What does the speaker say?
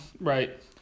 Right